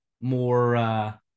more –